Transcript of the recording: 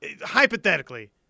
Hypothetically